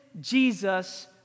Jesus